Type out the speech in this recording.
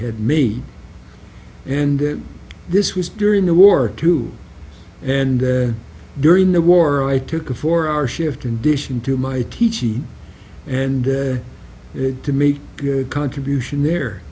had made and this was during the war too and during the war i took a four hour shift condition to my teaching and to make a contribution there